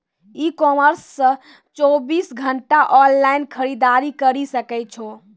ई commerce से चौबीस घंटा ऑनलाइन खरीदारी करी सकै छो